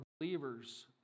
believers